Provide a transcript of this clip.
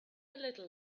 little